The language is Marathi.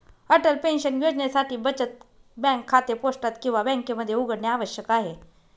अटल पेन्शन योजनेसाठी बचत बँक खाते पोस्टात किंवा बँकेमध्ये उघडणे आवश्यक आहे